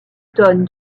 tonnes